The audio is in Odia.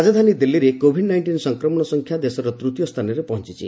ରାଜଧାନୀ ଦିଲ୍ଲୀରେ କୋଭିଡ ନାଇଣ୍ଟିନ୍ ସଂକ୍ରମଣ ସଂଖ୍ୟା ଦେଶର ତୃତୀୟ ସ୍ଥାନରେ ପହଞ୍ଚିଛି